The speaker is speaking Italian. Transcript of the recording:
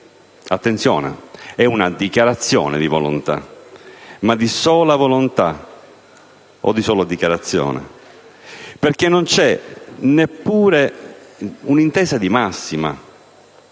Attenzione: è una dichiarazione di volontà, ma di sola volontà, o sola dichiarazione, perché non c'è un'intesa di massima